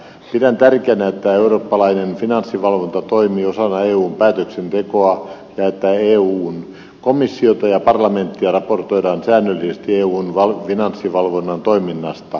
pidän tärkeänä että eurooppalainen finanssivalvonta toimii osana eun päätöksentekoa ja että eun komissiota ja parlamenttia raportoidaan säännöllisesti eun finanssivalvonnan toiminnasta